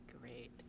Great